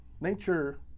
Nature